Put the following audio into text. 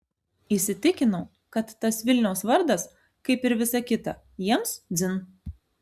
įsitikinau kad tas vilniaus vardas kaip ir visa kita jiems dzin